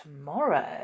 tomorrow